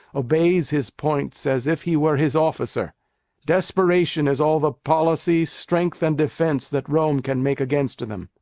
obeys his points as if he were his officer desperation is all the policy, strength, and defence, that rome can make against them.